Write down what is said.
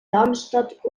darmstadt